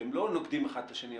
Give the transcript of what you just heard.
שהם לא נוגדים אחד את השני,